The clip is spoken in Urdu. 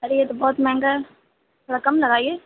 ارے یہ تو بہت مہنگا ہے تھوڑا کم لگائیے